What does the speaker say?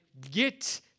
get